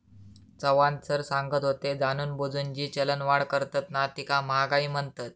Chavan sir सांगत होते, जाणूनबुजून जी चलनवाढ करतत ना तीका महागाई म्हणतत